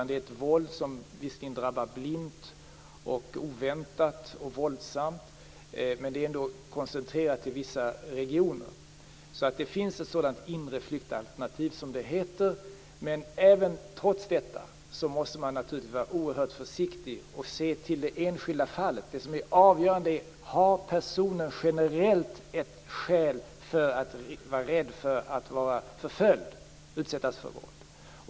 Det är ett våld som visserligen drabbar blint, oväntat och våldsamt, men det är ändå koncentrerat till vissa regioner. Det finns ett sådant inre flyktalternativ som det heter. Trots detta måste man naturligtvis vara oerhört försiktig och se till det enskilda fallet. Det avgörande är om personen generellt har ett skäl att vara rädd för att bli förföljd och utsättas för våld.